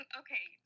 okay